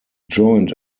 joined